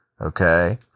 Okay